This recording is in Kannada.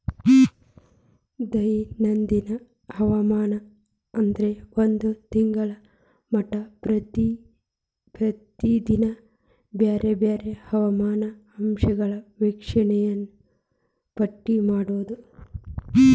ದೈನಂದಿನ ಹವಾಮಾನ ಅಂದ್ರ ಒಂದ ತಿಂಗಳ ಮಟಾ ಪ್ರತಿದಿನಾ ಬ್ಯಾರೆ ಬ್ಯಾರೆ ಹವಾಮಾನ ಅಂಶಗಳ ವೇಕ್ಷಣೆಯನ್ನಾ ಪಟ್ಟಿ ಮಾಡುದ